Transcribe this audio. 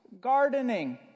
gardening